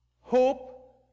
Hope